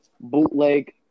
bootleg